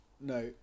No